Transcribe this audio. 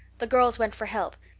the girls went for help.